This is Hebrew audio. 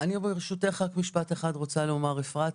אני, ברשותך, רק משפט אחד רוצה לומר אפרת.